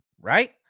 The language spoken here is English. right